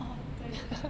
哦对